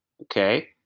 Okay